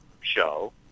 show